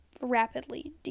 rapidly